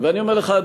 ואני אומר לך,